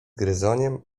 gryzoniem